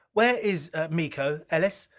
where is miko, ellis?